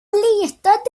litade